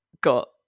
got